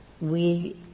we-